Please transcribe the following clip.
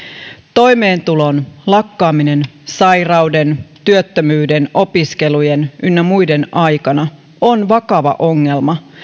toimeentulon lakkaaminen sairauden työttömyyden opiskelujen ynnä muiden aikana on vakava ongelma